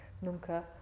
nunca